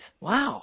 wow